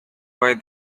away